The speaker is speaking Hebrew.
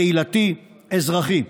קהילתי ואזרחי.